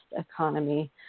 economy